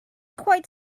quite